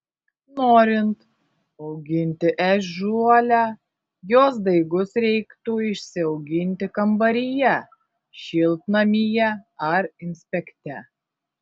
norint auginti ežiuolę jos daigus reiktų išsiauginti kambaryje šiltnamyje ar inspekte